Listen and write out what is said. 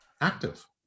active